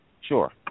Sure